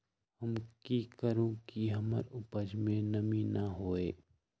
हम की करू की हमर उपज में नमी न होए?